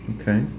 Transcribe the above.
okay